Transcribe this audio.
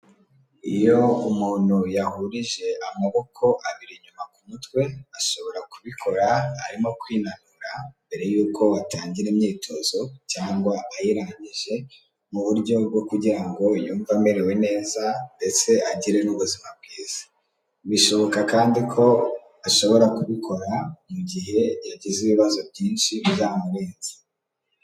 Iyo umuntu yahurije amaboko abiri inyuma ku mutwe ashobora kubikora arimo kwinanura mbere yuko atangira imyitozo cyangwa ayirangije mu buryo bwo kugira ngo yumve amerewe neza ndetse agire n'ubuzima bwiza. Bishoboka kandi ko ashobora kubikora mu gihe yagize ibibazo byinshi byamurenze.